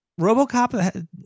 RoboCop